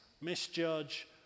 misjudge